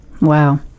wow